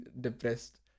depressed